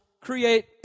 create